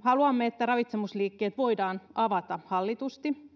haluamme että ravitsemusliikkeet voidaan avata hallitusti